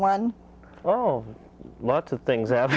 one oh lots of things